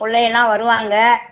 பிள்ளையெல்லாம் வருவாங்க